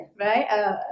right